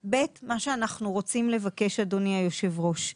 ב', מה שאנחנו רוצים לבקש, אדוני היושב ראש,